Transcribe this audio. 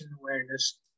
awareness